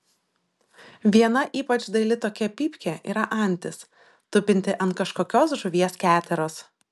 viena ypač daili tokia pypkė yra antis tupinti ant kažkokios žuvies keteros